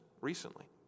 recently